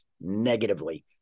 negatively